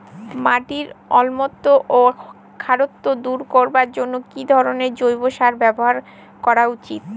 মাটির অম্লত্ব ও খারত্ব দূর করবার জন্য কি ধরণের জৈব সার ব্যাবহার করা উচিৎ?